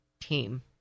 team